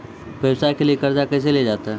व्यवसाय के लिए कर्जा कैसे लिया जाता हैं?